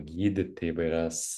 gydyti įvairias